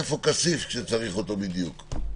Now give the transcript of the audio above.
איפה כסיף כשצריכים אותו בדיוק?